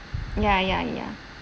ya ya ya